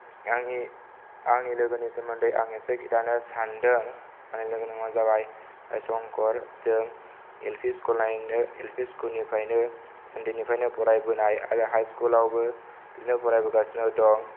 आंनि आंनि लोगोनि सोमोन्दै आं एसे खिनथानो सान्दों आंनि लोगोनि मुङा जाबाय शंकर जों एलपि स्कुल नायैनो एलपि स्कुल निफ्रायनो उन्दैनिफ्रायनो फरायबोनाय आरो हाइ स्कुल आवबो बिदिनो फरायबोगासिनो दं